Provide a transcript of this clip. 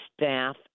staff